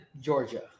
Georgia